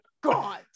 God